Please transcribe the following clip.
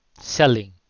selling